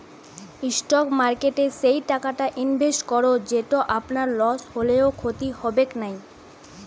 stock মার্কেটে সেই টাকাটা ইনভেস্ট করো যেটো আপনার লস হলেও ক্ষতি হবেক নাই